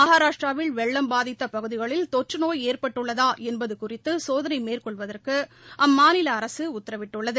மகாராஷ்டிராவில் வெள்ளம் பாதித்தப் பகுதிகளில் தொற்று நோய் ஏற்பட்டுள்ளதா என்பது குறித்து சோதனை மேற்கொள்வதற்கு அம்மாநில அரசு உத்தரவிட்டுள்ளது